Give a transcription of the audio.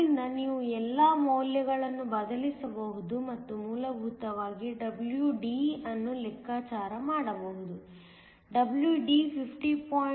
ಆದ್ದರಿಂದ ನೀವು ಎಲ್ಲಾ ಮೌಲ್ಯಗಳನ್ನು ಬದಲಿಸಬಹುದು ಮತ್ತು ಮೂಲಭೂತವಾಗಿ WD ಅನ್ನು ಲೆಕ್ಕಾಚಾರ ಮಾಡಬಹುದು WD 50